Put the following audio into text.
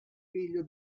figlio